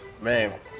man